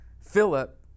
Philip